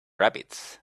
rabbits